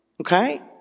okay